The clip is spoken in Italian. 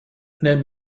nel